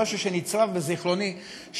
משהו שנצרב בזיכרוני,